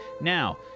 Now